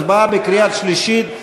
הצבעה בקריאה שלישית.